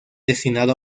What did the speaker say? destinado